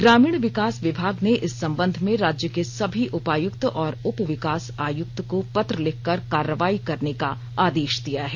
ग्रामीण विकास विभाग ने इस संबंध में राज्य के सभी उपायुक्त और उपविकास आयुक्त को पत्र लिखकर कार्रवाई करने का आदेश दिया है